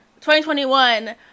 2021